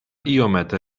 iomete